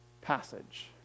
passage